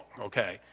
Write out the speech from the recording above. okay